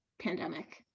pandemic